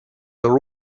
are